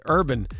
Urban